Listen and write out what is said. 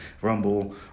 Rumble